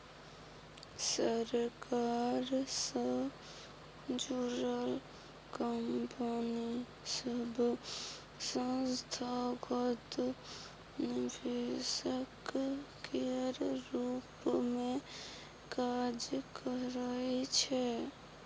सरकार सँ जुड़ल कंपनी सब संस्थागत निवेशक केर रूप मे काज करइ छै